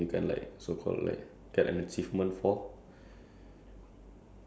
cause ya in life okay let's say if you go like um skydiving